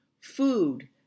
Food